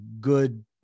good